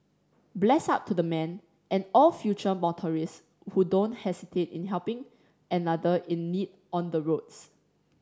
bless up to the man and all future motorist who don't hesitate in helping another in need on the roads